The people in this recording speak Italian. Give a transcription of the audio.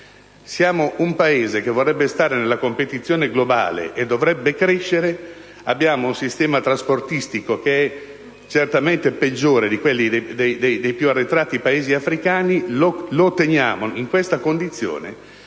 Siamo un Paese che vorrebbe stare nella competizione globale e che dovrebbe crescere. Abbiamo un sistema trasportistico che è certamente peggiore di quello dei più arretrati Paesi africani. Lo teniamo in questa condizione